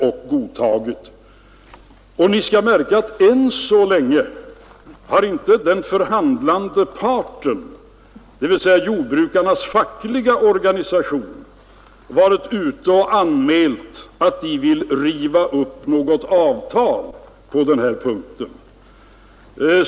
Lägg märke till att den förhandlande parten, dvs. jordbrukarnas fackliga organisation, än så länge inte anmält att den vill riva upp något avtal på denna punkt!